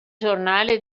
giornale